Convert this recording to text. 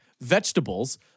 vegetables